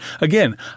Again